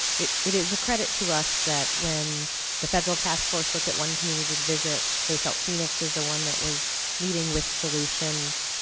it it is a credit to us that when the federal task force looked at one community to visit, they felt phoenix was the one that was leading with solutions.